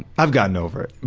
i've gotten over it.